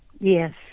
Yes